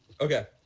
okay